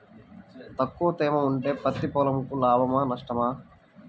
తక్కువ తేమ ఉంటే పత్తి పొలంకు లాభమా? నష్టమా?